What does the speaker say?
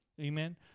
Amen